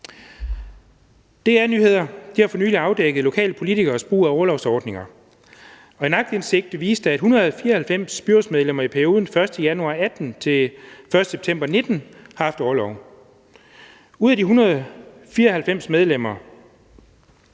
DR Nyheder har for nylig afdækket lokale politikeres brug af orlovsordninger, og en aktindsigt viste, at 194 byrådsmedlemmer i perioden 1. januar 2018 til 1. september 2019 har haft orlov. Ud af de 194 medlemmer